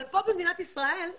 אבל פה במדינת ישראל,